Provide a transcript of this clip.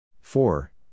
Four